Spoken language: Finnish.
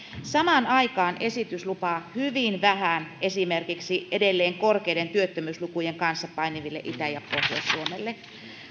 samaan aikaan esitys lupaa hyvin vähän esimerkiksi edelleen korkeiden työttömyyslukujen kanssa painiville itä ja pohjois suomelle